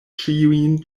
ĉiujn